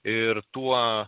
ir tuo